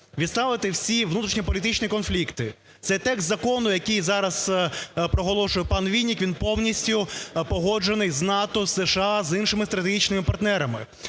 відставити всі внутрішньополітичні конфлікти, це текст закону, який зараз проголошує пан Вінник, він повністю погоджений з НАТО, з США, з іншими стратегічними партнерами.